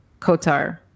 Kotar